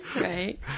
right